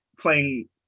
playing